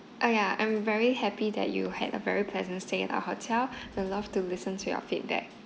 ah ya I'm very happy that you had a very pleasant stay at our hotel I'd love to listen to your feedback